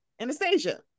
anastasia